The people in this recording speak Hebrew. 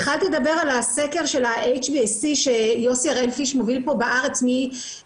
התחלתי לדבר על הסקר שיוסי הראל פיש מוביל פה בארץ מ-1994.